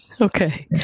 Okay